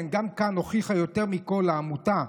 גם כאן הוכיחה יותר מכול העמותה,